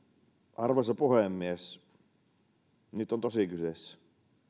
arvoisa puhemies nyt on tosi kyseessä